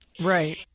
Right